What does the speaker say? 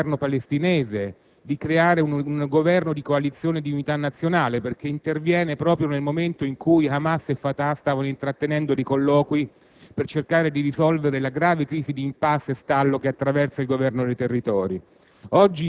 del Governo palestinese di creare un Governo di coalizione e di unità nazionale, perché interviene proprio nel momento in cui Hamas e Fatah stavano intrattenendo dei colloqui per cercare di risolvere la grave crisi di *impasse* e stallo che attraversa il Governo nei Territori.